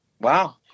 Wow